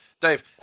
Dave